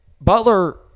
Butler